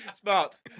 Smart